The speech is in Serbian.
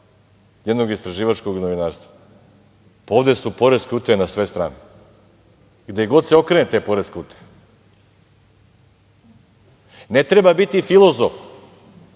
jednog istraživačkog novinarstva, pa ovde su poreske utaje na sve strane. Gde god se okrenete je poreska utaja. Ne treba biti filozof